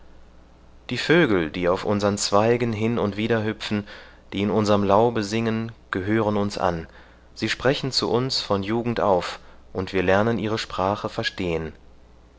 die vögel die auf unsern zweigen hin und wider hüpfen die in unserm laube singen gehören uns an sie sprechen zu uns von jugend auf und wir lernen ihre sprache verstehen